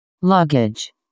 Luggage